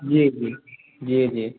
जी जी जी जी